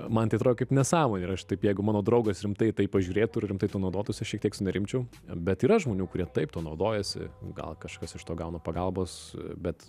man tai atrodo kaip nesąmonė aš taip jeigu mano draugas rimtai į tai pažiūrėtų ir rimtai tuo naudotųsi aš šiek tiek sunerimčiau bet yra žmonių kurie taip tuo naudojasi gal kažkas iš to gauna pagalbos bet